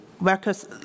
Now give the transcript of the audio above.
workers